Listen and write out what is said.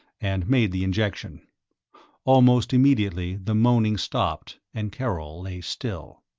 and made the injection almost immediately the moaning stopped and karol lay still.